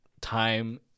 time